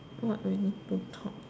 what we need to talk